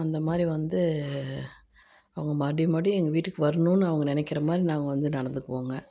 அந்த மாதிரி வந்து அவங்க மறுபடி மறுபடி எங்கள் வீட்டுக்கு வரணும்னு அவுங்க நினைக்குற மாதிரி நாங்கள் வந்து நடந்துக்குவோங்க